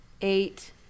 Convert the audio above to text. eight